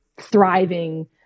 thriving